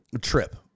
trip